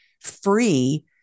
free